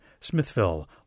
Smithville